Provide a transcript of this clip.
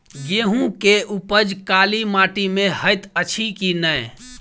गेंहूँ केँ उपज काली माटि मे हएत अछि की नै?